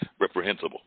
reprehensible